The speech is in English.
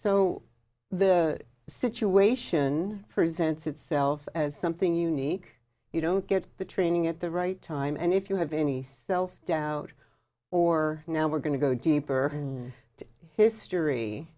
so the situation presents itself as something unique you don't get the training at the right time and if you have any doubt or now we're going to go deeper to history